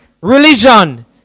religion